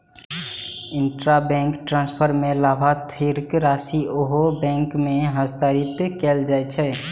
intrabank transfer मे लाभार्थीक राशि ओहि बैंक मे हस्तांतरित कैल जाइ छै